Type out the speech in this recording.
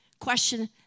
question